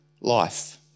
life